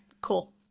Cool